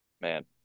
Man